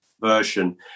version